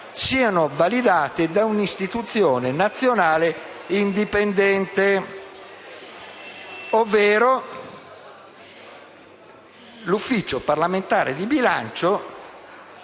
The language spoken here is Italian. siano validate da un'istituzione nazionale indipendente, ovvero l'Ufficio parlamentare di bilancio.